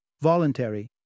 voluntary